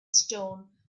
stone